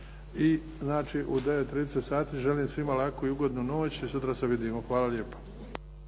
i znači u 9,30 sati. Želim svima laku i ugodnu noć i sutra se vidimo. Hvala lijepo.